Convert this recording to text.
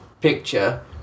picture